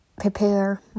prepare